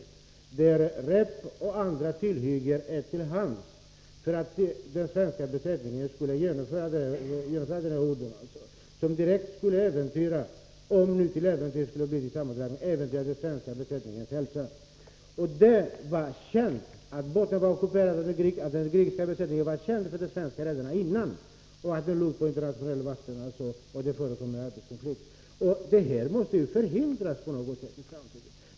Tillhyggen, rep och annat fanns till hands för uppdraget som, om det blev en sammandrabbning, skulle äventyra den svenska besättningens hälsa. Den grekiska besättningen var känd för de svenska redarna. De kände också till att fartyget befann sig på internationellt vatten och att det pågick en arbetskonflikt. Sådant här måste på något sätt förhindras i framtiden.